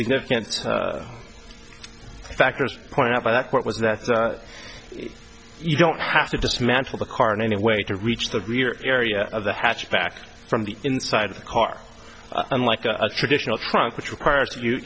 significant backers point out that point was that you don't have to dismantle the car in any way to reach the rear area of the hatchback from the inside of the car unlike a traditional trunk which requires